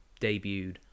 debuted